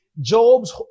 Job's